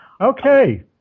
Okay